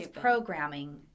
programming